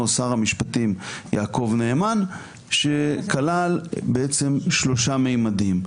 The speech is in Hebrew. שר המשפטים יעקב נאמן שכלל שלושה ממדים.